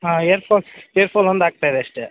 ಹಾಂ hair fall hair fall ಒಂದು ಆಗ್ತಾಯಿದೆ ಅಷ್ಟೇ